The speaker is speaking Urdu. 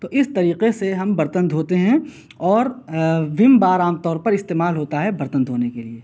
تو اس طریقے سے ہم برتن دھوتے ہیں اور ومبار عام طور پر استعمال ہوتا ہے برتن دھونے کے لیے